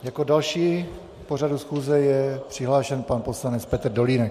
Jako další k pořadu schůze je přihlášen pan poslanec Petr Dolínek.